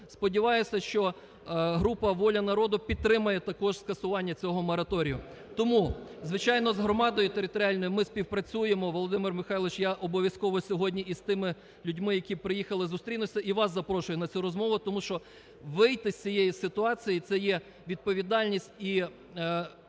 Сподіваюся, що група "Воля народу" підтримає також скасування цього мораторію. Тому, звичайно, з громадою територіальною ми співпрацюємо. Володимире Михайловичу, я обов'язково сьогодні і з тими людьми, які приїхали, зустрінуся і вас запрошую на цю розмову, тому що вийти з цієї ситуації це є відповідальність і потреба не